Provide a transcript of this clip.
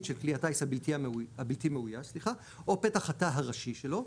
של כלי הטיס הבלתי מאויש או פתח התא הראשי שלו,